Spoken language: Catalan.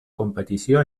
competició